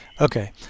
Okay